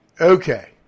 Okay